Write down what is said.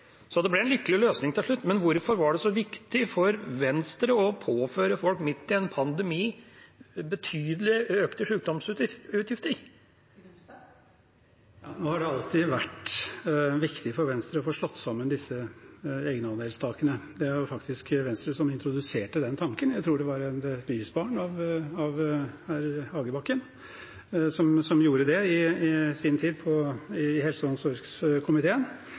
så det ble en lykkelig løsning til slutt. Men hvorfor var det så viktig for Venstre å påføre folk betydelig økte sjukdomsutgifter midt i en pandemi? Nå har det alltid vært viktig for Venstre å få slått sammen disse egenandelstakene. Det var faktisk Venstre som introduserte den tanken, jeg tror det var et bysbarn av herr Hagebakken som gjorde det i sin tid i helse- og omsorgskomiteen.